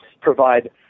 provide